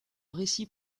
récit